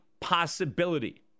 possibility